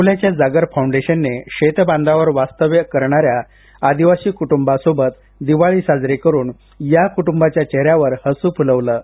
अकोल्याच्या जागर फाउंडेशननं शेतबांधावर वास्तव्य करणाऱ्या आदिवासी कुटुंबासोबत दिवाळी साजरी करून या कुटुंबांच्या चेहऱ्यावर हसू फुलवलं आहे